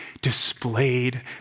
displayed